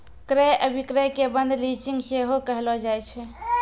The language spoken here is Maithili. क्रय अभिक्रय के बंद लीजिंग सेहो कहलो जाय छै